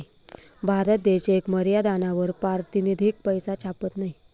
भारत देश येक मर्यादानावर पारतिनिधिक पैसा छापत नयी